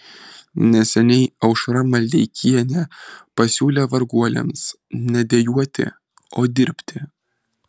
neseniai aušra maldeikienė pasiūlė varguoliams ne dejuoti o dirbti